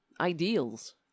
ideals